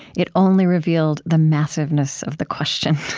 it only revealed the massiveness of the question.